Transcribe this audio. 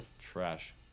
Trash